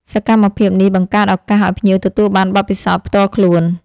សកម្មភាពនេះបង្កើតឱកាសឲ្យភ្ញៀវទទួលបានបទពិសោធន៍ផ្ទាល់ខ្លួន